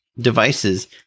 devices